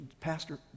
Pastor